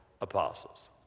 apostles